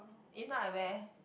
if not I wear